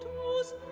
was